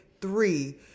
three